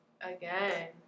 Again